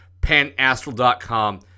Panastral.com